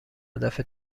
هدف